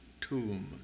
tomb